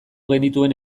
genituen